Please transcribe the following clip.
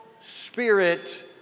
spirit